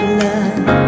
love